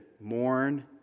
mourn